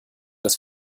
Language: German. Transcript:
das